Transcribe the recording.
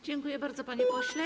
Dziękuję bardzo, panie pośle.